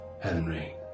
Henry